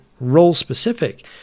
role-specific